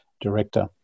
director